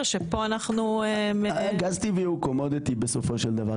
שפה אנחנו --- גז טבעי הוא סחורה בסופו של דבר.